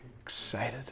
Excited